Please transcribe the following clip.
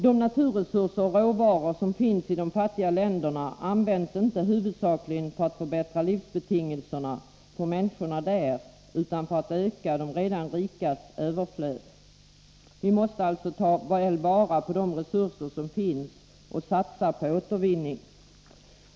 De naturresurser och råvaror som finns i de fattiga länderna används inte huvudsakligen för att förbättra livsbetingelserna för människorna där utan för att öka de redan rikas överflöd. Vi måste alltså ta vara på de resurser som finns och satsa på återvinning.